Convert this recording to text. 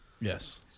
Yes